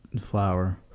flour